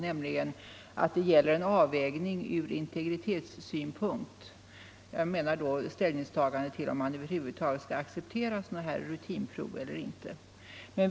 Ställningstagandet i frågan om man över huvud taget skall acceptera sådana här rutinprov eller inte måste bli en avvägning från integritetssynpunkt.